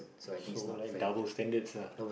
so like double standards lah